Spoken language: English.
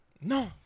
No